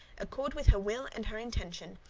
accord with her will and her intention,